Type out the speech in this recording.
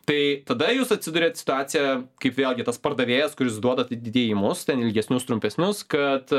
tai tada jūs atsiduriat situacijoje kaip vėlgi tas pardavėjas kuris duoda atidėjimus ten ilgesnius trumpesnius kad